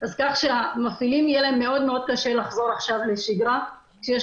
אז כך שהמפעילים יהיה להם מאוד קשה לחזור עכשיו לשגרה שיש